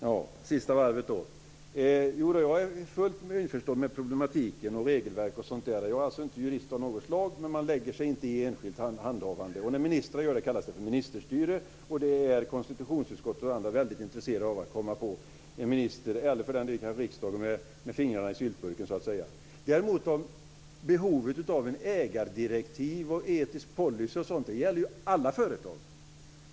Fru talman! Då tar vi sista varvet. Jag är fullt införstådd med problematiken, regelverket och det. Jag är inte jurist på något sätt, men man lägger sig inte i ett enskilt handhavande. När ministrar gör det kallas det för ministerstyre, och konstitutionsutskottet och andra är väldigt intresserade av att komma på en minister, eller kanske för den delen riksdagen, med fingrarna i syltburken. Behovet av ägardirektiv, etisk policy och sådant gäller däremot alla företag.